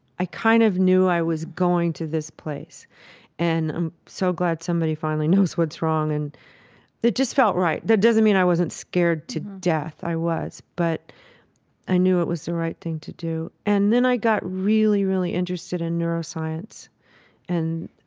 i kind of knew i was going to this place and i'm so glad somebody finally knows what's wrong and it just felt right. that doesn't mean i wasn't scared to death, i was, but i knew it was the right thing to do. and then i got really, really interested in neuroscience and,